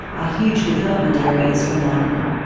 ah huge development areas for mining.